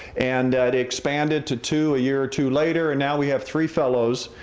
and that expanded to two a year or two later, and now we have three fellows.